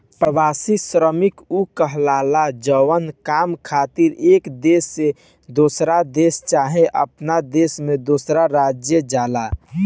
प्रवासी श्रमिक उ कहाला जवन काम खातिर एक देश से दोसर देश चाहे अपने देश में दोसर राज्य जाला